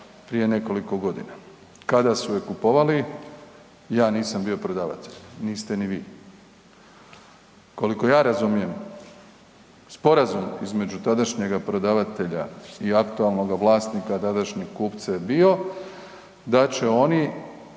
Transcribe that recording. prije nekoliko godina. Kada su je kupovali, ja nisam bio prodavatelj, niste ni vi. Koliko ja razumijem sporazum između tadašnjega prodavatelja i aktualnoga vlasnika a tadašnjeg kupca je bio da će oni